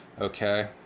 okay